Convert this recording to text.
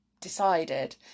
decided